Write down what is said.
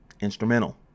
instrumental